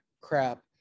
crap